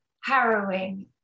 harrowing